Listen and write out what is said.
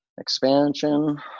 expansion